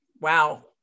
Wow